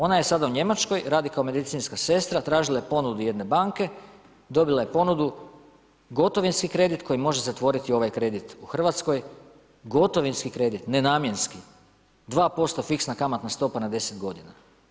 Ona je sada u Njemačkoj, radi kao medicinska sestra, tražila je ponudu od jedne banke, dobila je ponudu gotovinski kredit koji može zatvoriti ovaj kredit u Hrvatskoj, gotovinski kredit, nenamjenski, 2% fiksna kamatna stopa na 10 godina.